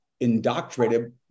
Indoctrinated